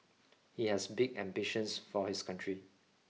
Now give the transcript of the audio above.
he has big ambitions for his country